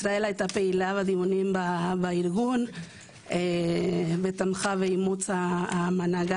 ישראל הייתה פעילה בדיונים בארגון וגם תמכה באימוץ האמנה.